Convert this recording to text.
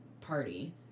party